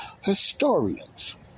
historians